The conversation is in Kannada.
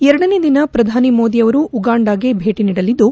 ಎರಡನೇ ದಿನ ಪ್ರಧಾನಿ ಮೋದಿ ಅವರು ಉಗಾಂಡಕ್ಕೆ ಭೇಟ ನೀಡಲಿದ್ದು